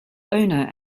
owner